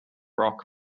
rock